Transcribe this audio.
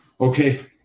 Okay